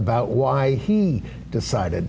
about why he decided